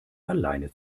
alleine